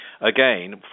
again